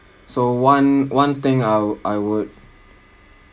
so one one thing I'd I would